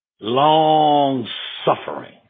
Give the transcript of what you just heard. long-suffering